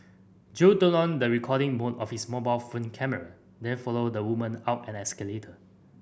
Jo turned on the recording mode of his mobile phone camera then followed the woman out an escalator